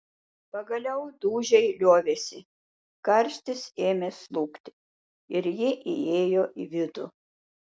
pagaliau dūžiai liovėsi karštis ėmė slūgti ir ji įėjo į vidų